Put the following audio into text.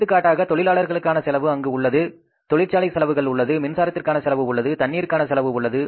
எடுத்துக்காட்டாக தொழிலாளர்களுக்கான செலவு அங்கு உள்ளது தொழிற்சாலை செலவுகள் உள்ளது மின்சாரத்திற்கான செலவு உள்ளது தண்ணீருக்கான செலவு உள்ளது